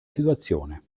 situazione